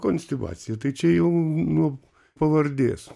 konstibacija tai čia jau nuo pavardės